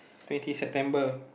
twenty September